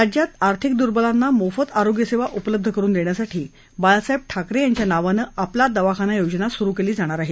राज्यात आर्थिक दुर्बलांना मोफत आरोग्य सेवा उपलब्ध करून देण्यासाठी बाळासाहेब ठाकरे यांच्या नावानं आपला दवाखाना योजना सुरू केली जाणार आहे